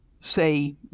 say